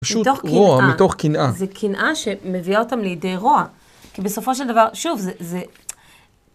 פשוט רוע, מתוך קנאה. זה קנאה שמביאה אותם לידי רוע. כי בסופו של דבר, שוב, זה...